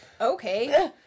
Okay